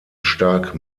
stark